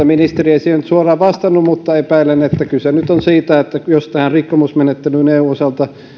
ministeri ei siihen nyt siihen suoraan vastannut mutta epäilen että kyse nyt on siitä että jos tähän rikkomusmenettelyyn eun osalta